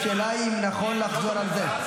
השאלה היא אם זה נכון לחזור על זה.